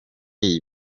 iyi